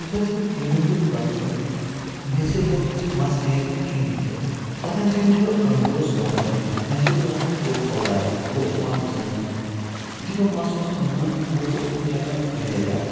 یُس حظ یہِ چینٛج لٔجۍ باسنہِ مےٚ سے لوٚگ مَس نیرنہِ کِہیٖنۍ پَتہٕ ہَسا یِتھُے بہٕ کَنٛگوٗ اوسُس والان مےٚ سے اوس آسان کُف بَلاے اکھ بہٕ اوسُس مَس دٕنان یُتھُے بہٕ مَس اوسُس دٕنان کُپھ اوس مےٚ نیران واریاہ زیادٕ